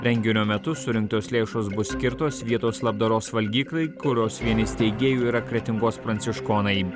renginio metu surinktos lėšos bus skirtos vietos labdaros valgyklai kurios vieni steigėjų yra kretingos pranciškonai